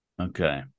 okay